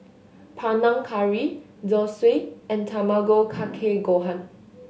Panang Curry Zosui and Tamago Kake Gohan